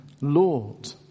Lord